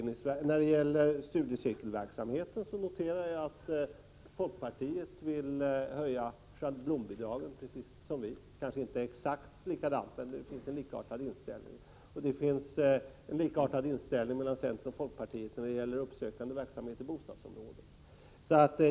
När det gäller studiecirkelverksamheten noterar jag att folkpartiet vill höja schablonbidragen precis som vi. Deras förslag kanske inte är exakt likadant, men det finns en likartad inställning. Det finns en likartad inställning också när det gäller uppsökande verksamhet i bostadsområden.